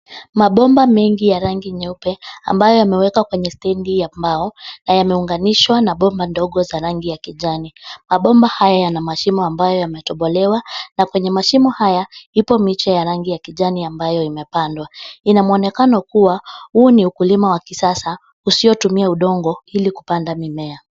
Mabomba mengi ya rangi nyeupe ambayo yamewekwa kwenye stendi ya mbao na yameunganishwa na bomba ndogo za rangi ya kijani. Mabomba haya yana mashimo ambayo yametobolewa na kwenye mashimo haya ipo miche ya rangi ya kijani ambayo imepandwa. Inamwonekano kuwa huu ni ukulima wa kisasa usiotumia udongo ili kupanda mimea.